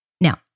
Now